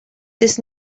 this